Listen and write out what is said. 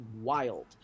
wild